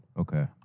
Okay